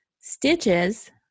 stitches